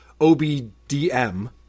OBDM